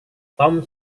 tom